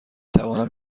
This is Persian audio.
توانم